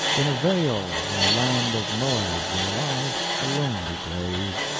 in a vale in the land of moab there lies a lonely grave.